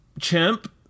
Chimp